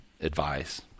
advice